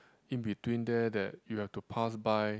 in between there that you have to pass by